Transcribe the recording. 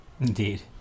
Indeed